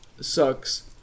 sucks